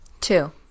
Two